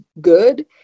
good